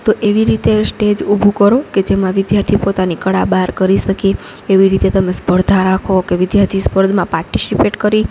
તો એવી રીતે સ્ટેજ ઊભું કરો કે જેમાં વિદ્યાર્થીઓ પોતાની કળા બાર કરી શકે એવી રીતે તમે સ્પર્ધા રાખો કે વિદ્યાર્થી સ્પરમાં પાર્ટીસિપેટ કરી